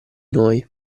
noi